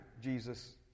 Jesus